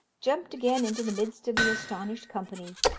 jumped again into the midst of the astonished company,